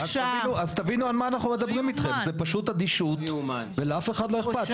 אז תבינו על מה אנחנו מדברים איתכם זה פשוט אדישות ולאף אחד לא אכפת,